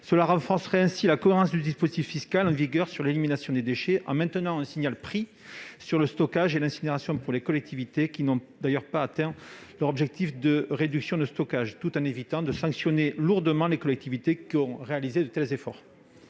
Cela renforcerait la cohérence du dispositif fiscal en vigueur sur l'élimination des déchets, en maintenant un signal prix sur le stockage et l'incinération pour les collectivités qui n'ont pas atteint leurs objectifs de réduction du stockage, tout en évitant de sanctionner lourdement les collectivités qui ont réalisé les efforts.